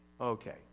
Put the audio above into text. Okay